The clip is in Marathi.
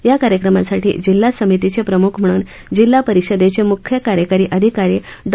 या कार्यक्रमासाठी जिल्हा समितीचे प्रमुख म्हणून जिल्हा परिषदेचे मुख्य कार्यकारी अधिकारी डॉ